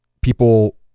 people